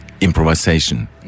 improvisation